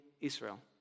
Israel